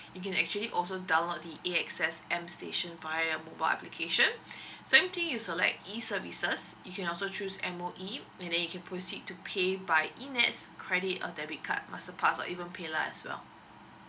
you can actually also download the A_X_S M station via uh mobile application same thing you select E services you can also choose M_O_E and then you can proceed to pay by ENETS credit or debit card masterpass or even PAYLAH as well